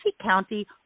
County